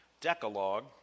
Decalogue